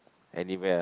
anywhere